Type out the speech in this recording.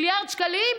מיליארד שקלים?